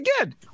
again